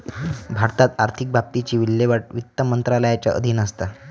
भारतात आर्थिक बाबतींची विल्हेवाट वित्त मंत्रालयाच्या अधीन असता